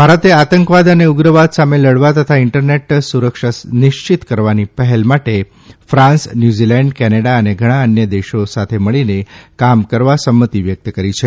ભારતે આતંકવાદ અને ઉગ્રવાદ સામે લડવા તથા ઇન્ટરનેટ સુરક્ષા નિશ્ચિત કરવાની પહેલ માટે ફ્રાન્સ ન્યુઝીલેન્ડ કેનેડા અને ઘણા અન્ય દેશોની સાથે મળીને કામ કરવા સંમતી વ્યકત કરી છે